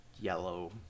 yellow